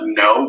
no